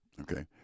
Okay